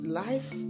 life